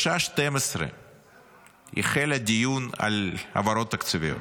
בשעה 12:00 יחל הדיון על העברות תקציביות.